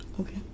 Okay